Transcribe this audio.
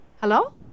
Hello